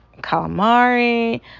calamari